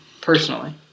personally